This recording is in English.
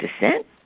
descent